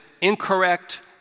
incorrect